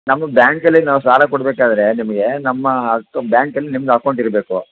ನಮ್ಮ ಬ್ಯಾಂಕಲ್ಲಿ ನಾವು ಸಾಲ ಕೊಡಬೇಕಾದರೆ ನಿಮಗೆ ನಮ್ಮ ಬ್ಯಾಂಕಲ್ಲಿ ನಿಮ್ಮದು ಅಕೌಂಟ್ ಇರಬೇಕು